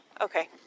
okay